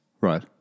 Right